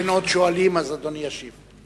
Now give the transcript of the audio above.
באין עוד שואלים, אדוני ישיב.